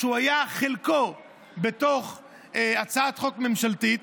שחלקו היה בתוך הצעת חוק ממשלתית.